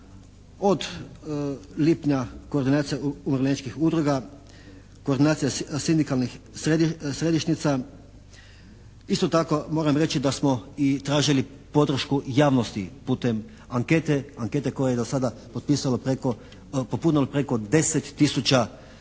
od lipnja koordinacije umirovljeničkih udruga, koordinacija sindikalnih središnjica. Isto tako moram reći da smo i tražili podršku javnosti putem ankete, ankete koja je do sada potpisalo, popunilo